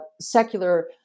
secular